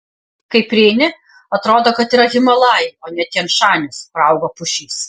kai prieini atrodo kad yra himalajai o ne tian šanis kur auga pušys